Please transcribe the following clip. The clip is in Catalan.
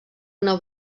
una